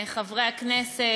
חברי הכנסת,